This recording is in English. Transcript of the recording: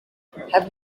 have